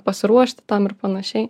pasiruošti tam ir panašiai